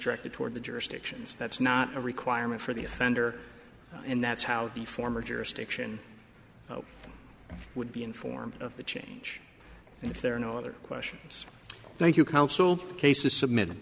directed toward the jurisdictions that's not a requirement for the offender and that's how the former jurisdiction would be informed of the change and if there are no other questions thank you counsel the case is submitted